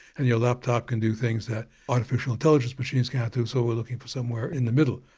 and your laptop can do things that artificial intelligence machines can't do. so we're looking for somewhere in the middle.